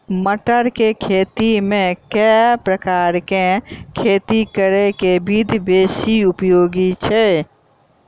मटर केँ खेती मे केँ प्रकार केँ खेती करऽ केँ विधि बेसी उपयोगी छै?